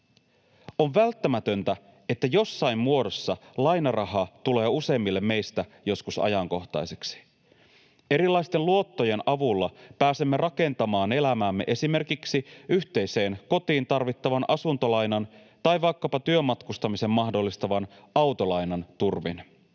On välttämätöntä, että jossain muodossa lainaraha tulee useimmille meistä joskus ajankohtaiseksi. Erilaisten luottojen avulla pääsemme rakentamaan elämäämme esimerkiksi yhteiseen kotiin tarvittavan asuntolainan tai vaikkapa työmatkustamisen mahdollistavan autolainan turvin.